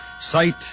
Sight